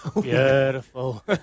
Beautiful